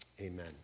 amen